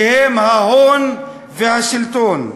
שהם ההון והשלטון,